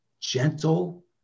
gentle